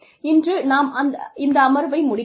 இன்று நாம் இந்த அமர்வை முடிக்கலாம்